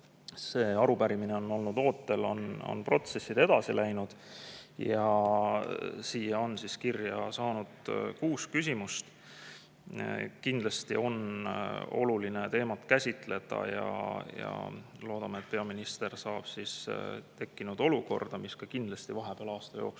see arupärimine on olnud ootel, protsessid edasi läinud. Siia on kirja saanud kuus küsimust. Kindlasti on oluline teemat käsitleda. Loodame, et peaminister saab tekkinud olukorrast, mis ka vahepeal, aasta jooksul